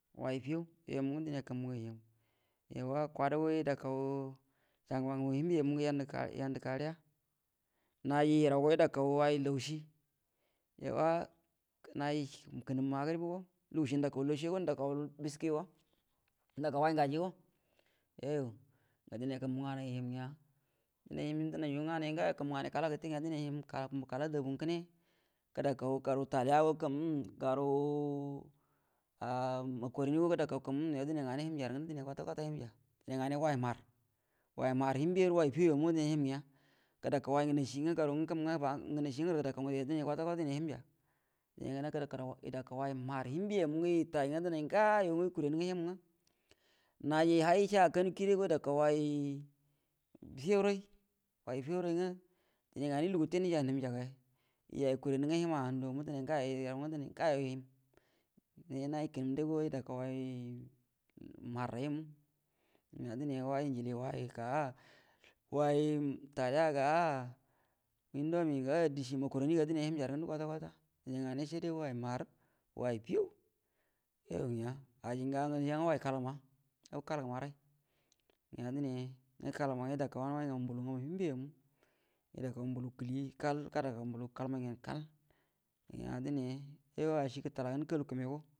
Way fəyau dənay yuoyu mungə kəmbuə nganay, yauwa kwadu ngə yəda kau cəangəba ngamu hiembe yu mu yəakau yandə kariya, naji yərau go yəda kau way laushi yauwa, naji kənəm magəribu go lugushi nədaka laushigo lugushi nədakau biski go, nədakaw way ngaji go, yuoyu ga dənay kumbue nganai gə həm gəa dənay rə nganay ngawo kumbue nganay kala gətə ya gəa, dənay həm kumbuə kala dabu kəne gədakau garu taliya go kəm, garuu makaroni go gəda kau kəm yo nganay dənay həm yarə ngəndə kwatakwa ma hienga dənay nganay go way mahar, way mahar hiembə rə way fəyaw yuo mu donay hiemgəa, gəda kau way nganacie garu ngwə kəm ngwə ngncie ngol gəda kau gəde kwata kwata you dənau hiemja, yəda ka way mahar hiembe yo mu ngwə yu yətay ngwə denau guwo yəkure nə ngə hiem ngwə naji hay sa akanu kiyi ral go yəda kaw way fəyaw ray, way fəyaw ray ngwə nganay lugu gəte nəjay nhəmja jaga, yəjay yə kure nəgwə həm handu mu ngwə dənay ngawo həm, ngwə naji kənəm day go yəda kuu way mahar ral jilie way ngwə yəkagu way taliya, ga indomi ga, dəcie go makaroniga dənay hiemju rə ngəndə kwata kwata dənay nganay sudə way mahar, way fəyaw, yayu ngəa ajingə gaməjignwə way kalgəma, ray gəa denay yədakawa gan way ngamu mbulu hiembu yu nu, yə dakau mbulukilie kal, gadakau mbulu kalmay gyen kal ngəa dənay.